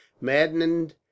maddened